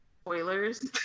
spoilers